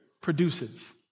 produces